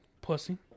Pussy